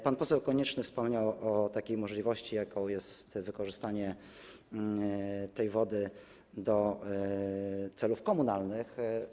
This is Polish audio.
Pan poseł Konieczny wspomniał o możliwości, jaką jest wykorzystanie tej wody do celów komunalnych.